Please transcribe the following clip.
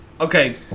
Okay